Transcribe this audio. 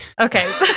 Okay